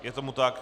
Je tomu tak.